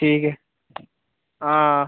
ठीक ऐ हां